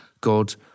God